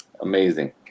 amazing